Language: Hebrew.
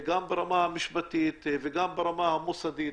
גם ברמה המשפטית וגם ברמה המוסדית,